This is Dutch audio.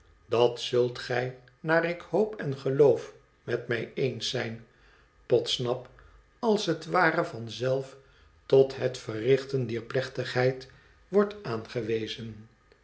dat zult gij naar ik hoop en geloof met mij eens zijn podsnap als het ware van zelf tot het verrichten dier plechtigheid wordt aangewezen